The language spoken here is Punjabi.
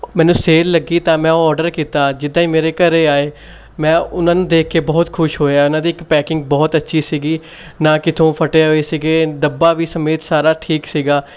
ਮੈਨੂੰ ਸੇਲ ਲੱਗੀ ਤਾਂ ਮੈਂ ਉਹ ਔਰਡਰ ਕੀਤਾ ਜਿੱਦਾਂ ਹੀ ਮੇਰੇ ਘਰ ਆਏ ਮੈਂ ਉਹਨਾਂ ਨੂੰ ਦੇਖ ਕੇ ਬਹੁਤ ਖੁਸ਼ ਹੋਇਆ ਉਹਨਾਂ ਦੀ ਇੱਕ ਪੈਕਿੰਗ ਬਹੁਤ ਅੱਛੀ ਸੀਗੀ ਨਾ ਕਿਤੋਂ ਫਟੇ ਹੋਏ ਸੀਗੇ ਡੱਬਾ ਵੀ ਸਮੇਤ ਸਾਰਾ ਠੀਕ ਸੀਗਾ